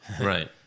Right